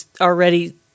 already